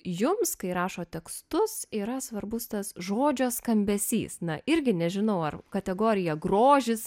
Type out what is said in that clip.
jums kai rašo tekstus yra svarbus tas žodžio skambesys na irgi nežinau ar kategorija grožis